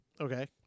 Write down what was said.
Okay